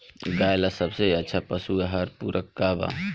गाय ला सबसे अच्छा पशु आहार पूरक का बा?